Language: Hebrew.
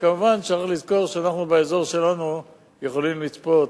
כמובן, צריך לזכור שאנחנו באזור שלנו יכולים לצפות